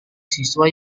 siswa